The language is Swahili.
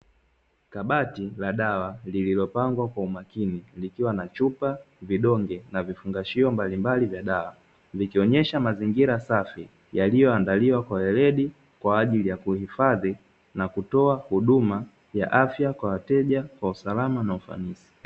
Kabati la dawa lililopangwa kwa umakini likiwa na chupa, vidonge na vifungashio mbalimbali vya dawa, vikionyesha mazingira safi yaliyoandaliwa kwa weledi kwa ajili ya kuhifadhi na kutoa huduma ya afya kwa wateja kwa usalama na ufanisi.